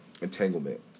entanglement